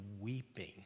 weeping